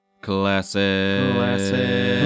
Classic